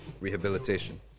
rehabilitation